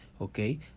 okay